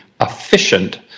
efficient